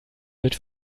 wird